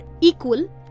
equal